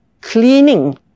cleaning